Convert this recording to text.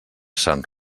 sant